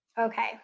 Okay